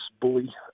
bully